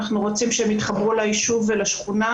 אנחנו רוצים שהם יתחברו לישוב ולשכונה